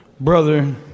brother